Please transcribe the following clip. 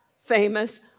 famous